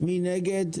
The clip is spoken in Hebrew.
מי נגד?